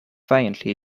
violently